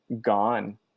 gone